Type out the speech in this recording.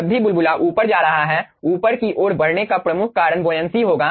जब भी बुलबुला ऊपर जा रहा है ऊपर की ओर बढ़ने का प्रमुख कारण बोयनसी होगा